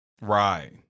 Right